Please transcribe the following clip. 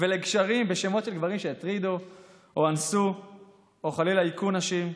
ולגשרים בשמות של גברים שהטרידו או אנסו או חלילה היכו נשים,